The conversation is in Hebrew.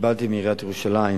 שקיבלתי מעיריית ירושלים,